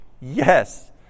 Yes